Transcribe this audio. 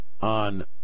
on –